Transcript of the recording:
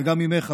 וגם ממך,